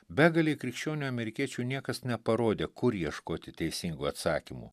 begalei krikščionių amerikiečių niekas neparodė kur ieškoti teisingų atsakymų